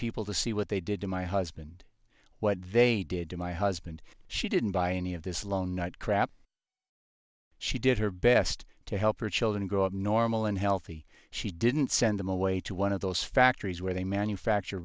people to see what they did to my husband what they did to my husband she didn't buy any of this lone nut crap she did her best to help her children grow up normal and healthy she didn't send them away to one of those factories where they manufacture